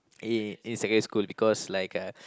in in secondary school because like uh